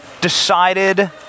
decided